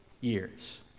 years